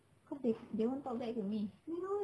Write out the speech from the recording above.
because they they won't talk back to me